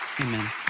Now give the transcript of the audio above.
Amen